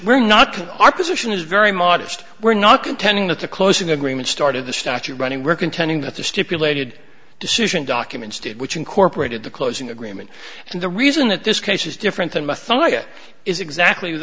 we're not our position is very modest we're not contending that the closing agreement started the statute running were contending that the stipulated decision documents did which incorporated the closing agreement and the reason that this case is different than matthias is exactly